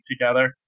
together